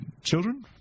children